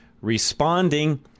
responding